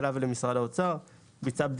עם התנגדות גדולה של האוצר שטוען שזה לא